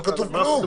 לא כתוב כלום.